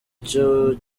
cyo